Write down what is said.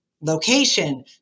location